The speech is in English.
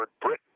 Britain